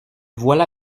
voilà